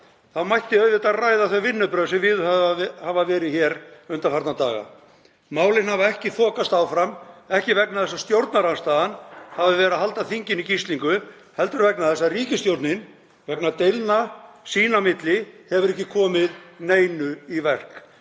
þá mætti auðvitað ræða þau vinnubrögð sem viðhöfð hafa verið hér undanfarna daga. Málin hafa ekki þokast áfram, ekki vegna þess að stjórnarandstaðan hafi verið að halda þinginu í gíslingu heldur vegna þess að ríkisstjórnin, vegna deilna sín á milli, hefur ekki komið neinu í verk.